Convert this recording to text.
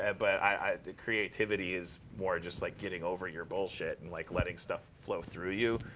ah but i think creativity is more just, like, getting over your bullshit, and like letting stuff flow through you.